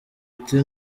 uti